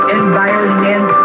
environment